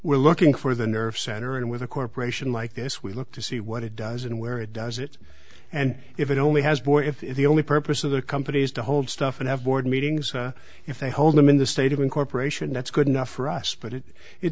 we're looking for the nerve center and with a corporation like this we look to see what it does and where it does it and if it only has boy if the only purpose of the companies to hold stuff and have board meetings if they hold them in the state of incorporation that's good enough for us but it it